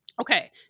okay